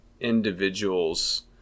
individuals